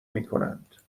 میکنند